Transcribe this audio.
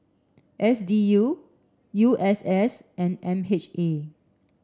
S D U U S S and M H A